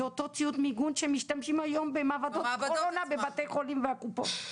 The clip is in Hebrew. זה אותו ציוד מיגון שמשתמשים היום במעבדות קורונה בבתי חולים והקופות.